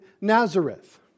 Nazareth